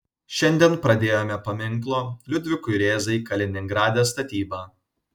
šiandien pradėjome paminklo liudvikui rėzai kaliningrade statybą